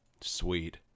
Sweet